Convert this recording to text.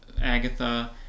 Agatha